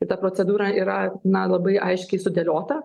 ir ta procedūra yra na labai aiškiai sudėliota